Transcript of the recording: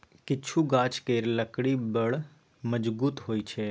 किछु गाछ केर लकड़ी बड़ मजगुत होइ छै